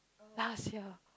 last year